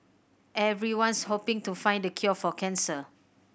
everyone's hoping to find the cure for cancer